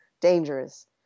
dangerous